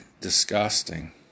disgusting